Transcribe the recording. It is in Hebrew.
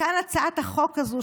מכאן הצעת החוק הזאת,